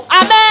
Amen